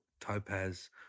topaz